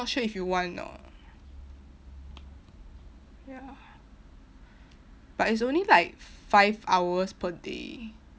not sure if you want or not ya but it's only like five hours per day